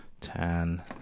ten